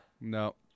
No